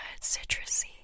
citrusy